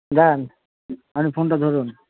দাঁড়ান আপনি ফোনটা ধরুন